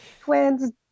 twins